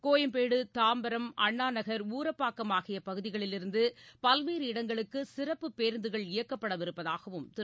கோயம்பேடு தாம்பரம் அண்ணாநகர் ஊரப்பாக்கம் ஆகிய பகுதிகளிலிருந்து பல்வேறு இடங்களுக்கு சிறப்புப் பேருந்துகள் இயக்கப்படவிருப்பதாகவும் திரு